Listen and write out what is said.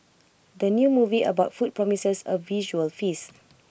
the new movie about food promises A visual feast